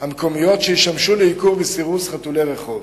המקומיות שישמשו לעיקור וסירוס חתולי רחוב.